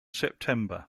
september